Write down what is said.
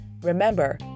remember